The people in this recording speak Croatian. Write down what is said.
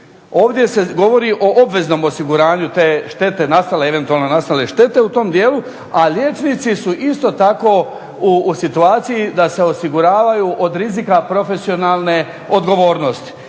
Ovdje se govori o obveznom osiguranju te štete nastale, eventualne nastale štete u tom dijelu, a liječnici su isto tako u situaciji da se osiguravaju od rizika profesionalne odgovornosti.